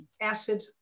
acid